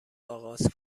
آغاز